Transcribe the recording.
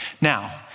Now